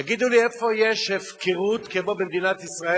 תגידו לי איפה יש הפקרות כמו במדינת ישראל